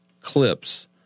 clips